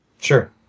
Sure